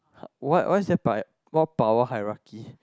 what what's that part what power heirarchy